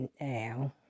now